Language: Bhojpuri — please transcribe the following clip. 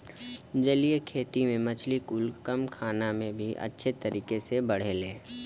जलीय खेती में मछली कुल कम खाना में भी अच्छे तरीके से बढ़ेले